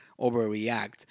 overreact